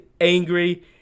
angry